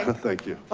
thank you. oh,